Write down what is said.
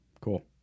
Cool